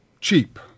cheap